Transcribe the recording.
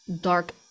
dark